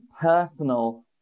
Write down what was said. personal